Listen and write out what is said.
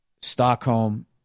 Stockholm